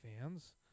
fans